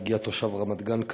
הגיע תושב רמת-גן,